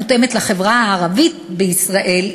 המותאמת לחברה הערבית בישראל,